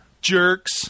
jerks